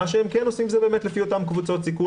מה שהם כן עושים זה באמת לפי אותן קבוצות סיכון,